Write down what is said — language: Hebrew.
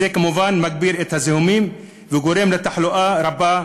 זה, כמובן, מגביר את זיהומים וגורם לתחלואה רבה,